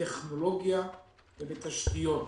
בטכנולוגיה ובתשתיות.